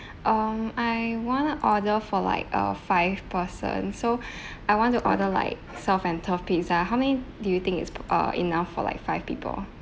um I wanna order for like uh five person so I want to order like surf and turf pizza how many do you think is uh enough for like five people